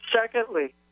Secondly